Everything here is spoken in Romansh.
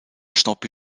stoppi